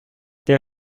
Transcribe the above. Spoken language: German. der